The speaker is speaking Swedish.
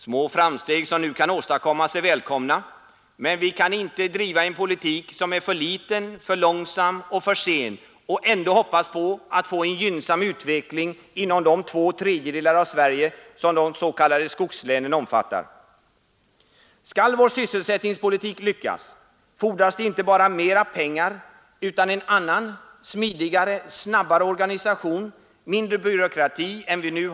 Små framsteg som nu kan åstadkommas är välkomna, men vi kan inte driva en politik som är för begränsad, för långsam och för sen och ändå hoppas på en gynnsamm utveckling inom två tredjedelar av Sverige som de s.k. skogslänen omfattar. Skall vår sysselsättningspolitik lyckas fordras det inte bara mera pengar, utan en annan smidigare och snabbare organisation, mindre byråkrati än vi har nu.